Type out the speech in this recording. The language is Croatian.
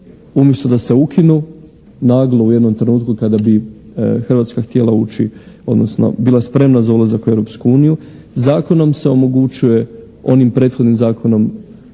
umjesto da se ukinu naglo u jednom trenutku kada bi Hrvatska htjela ući odnosno bila spremna za ulazak u Europsku uniju zakonom se omogućuje, onim prethodnim zakonom